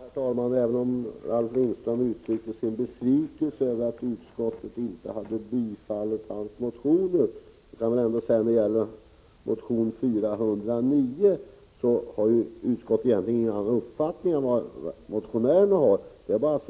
Herr talman! Även om Ralf Lindström uttryckte sin besvikelse över att utskottet inte tillstyrkt hans motioner, kan jag väl säga att när det gäller motion Jo409 har utskottet egentligen ingen annan uppfattning än motionä 112 rerna. Det är bara det att